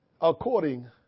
according